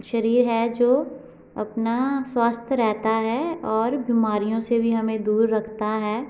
शरीर है जो अपना स्वस्थ रहता है और बीमारियों से भी हमें दूर रखता है